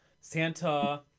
Santa